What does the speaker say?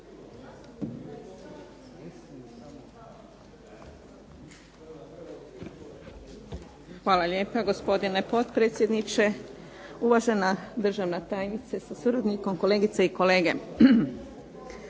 Hvala lijepo, gospodine potpredsjedniče. Državna tajnice sa suradnikom. Kolegice i kolege